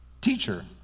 Teacher